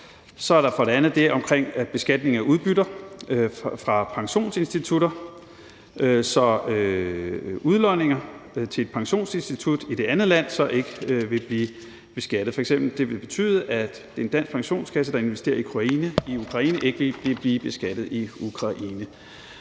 Så er der for det andet det omkring beskatning af udbytter fra pensionsinstitutter, så udlodninger til et pensionsinstitut i det andet land ikke vil blive beskattet. F.eks. vil det betyde, at en dansk pensionskasse, der investerer i Ukraine, ikke vil blive beskattet i Ukraine,